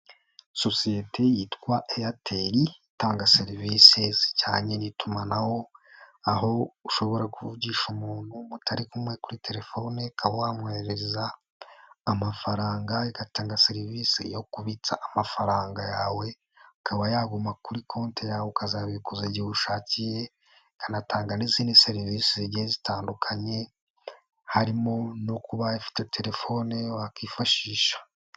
Sosiyete yitwa Airtel, itanga serivisi zijyanye n'itumanaho, aho ushobora kuvugisha umuntu mutari kumwe kuri telefone, ukaba wamwoherereza amafaranga, igatanga serivisi yo kubitsa amafaranga yawe, akaba yaguma kuri konti yawe, ukazabikuza igihe ushakiye, ikanatanga n'izindi serivisi zigiye zitandukanye, harimo no kuba ifite telefone wakwifashisha.